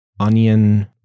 Onion